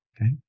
Okay